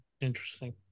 Interesting